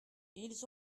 ils